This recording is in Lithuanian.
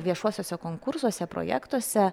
viešuosiuose konkursuose projektuose